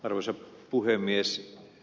arvoisa puhemies